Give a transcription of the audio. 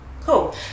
Cool